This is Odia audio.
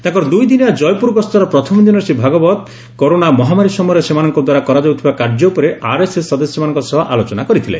ତାଙ୍କର ଦୁଇଦିନିଆ ଜୟପୁର ଗସ୍ତର ପ୍ରଥମଦିନରେ ଶ୍ରୀଭାଗବତ କରୋନା ମହାମାରୀ ସମୟରେ ସେମାନଙ୍କ ଦ୍ୱାରା କରାଯାଉଥିବା କାର୍ଯ୍ୟ ଉପରେ ଆରଏସଏସ ସଦସ୍ୟମାନଙ୍କ ସହ ଆଲୋଚନା କରିଥିଲେ